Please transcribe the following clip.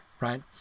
right